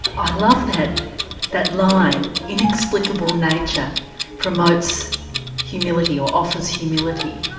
i love that that line inexplicable nature provokes humility or offers humility.